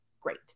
Great